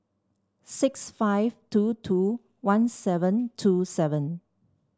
six five two two one seven two seven